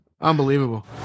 unbelievable